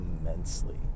immensely